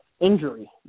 injury